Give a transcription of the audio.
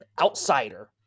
outsider